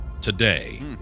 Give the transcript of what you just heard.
today